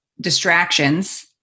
distractions